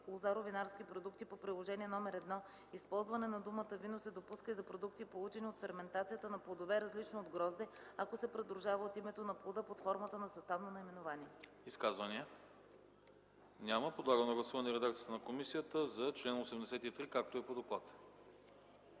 лозаро-винарски продукти по Приложение № 1 използване на думата „вино“ се допуска и за продукти, получени от ферментацията на плодове, различни от грозде, ако се придружава от името на плода под формата на съставно наименование.” ПРЕДСЕДАТЕЛ АНАСТАС АНАСТАСОВ: Изказвания? Няма. Подлагам на гласуване редакцията на комисията за чл. 83, както е по доклада.